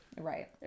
Right